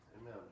Amen